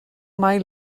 mai